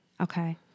Okay